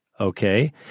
Okay